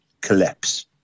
collapse